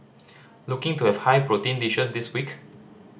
looking to have high protein dishes this week